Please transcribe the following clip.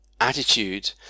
attitude